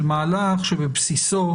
של מהלך שבבסיסו,